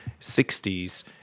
60s